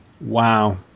Wow